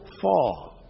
fall